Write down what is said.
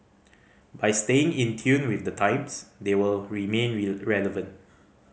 by staying in tune with the times they will remain relevant